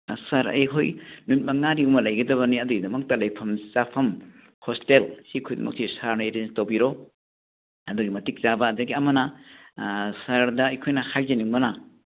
sir ꯑꯩꯈꯣꯏ ꯅꯨꯃꯤꯠ ꯃꯉꯥꯅꯤꯃꯨꯛ ꯂꯩꯒꯗꯕꯅꯤ ꯑꯗꯨꯒꯤꯗꯃꯛꯇ ꯂꯩꯐꯝ ꯆꯥꯐꯝ ꯍꯣꯁꯇꯦꯜ ꯁꯤ ꯈꯨꯗꯤꯡꯃꯛꯁꯤ ꯁꯥꯔꯅ ꯑꯦꯔꯦꯟꯁ ꯇꯧꯕꯤꯔꯣ ꯑꯗꯨꯒꯤ ꯃꯇꯤꯛ ꯆꯥꯕ ꯑꯗꯨꯗꯒꯤ ꯑꯃꯅ ꯁꯔꯗ ꯑꯩꯈꯣꯏꯅ ꯍꯥꯏꯖꯅꯤꯡꯕꯅ